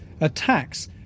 attacks